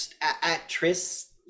actress